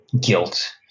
guilt